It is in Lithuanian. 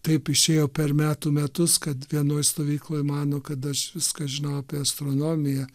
taip išėjo per metų metus kad vienoj stovykloj mano kad aš viską žinau apie astronomiją